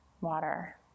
water